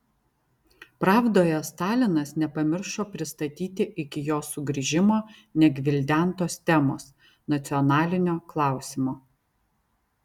pravdoje stalinas nepamiršo pristatyti iki jo sugrįžimo negvildentos temos nacionalinio klausimo